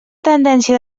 tendència